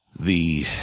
the